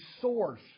source